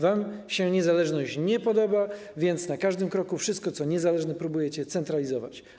Wam się niezależność nie podoba, więc na każdym kroku wszystko, co niezależne, próbujecie centralizować.